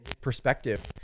perspective